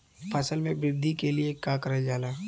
फसल मे वृद्धि के लिए का करल जाला?